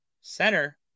center